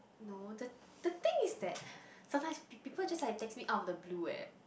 no the the thing is that sometimes p~ people just like text me out of the blue eh